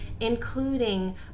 including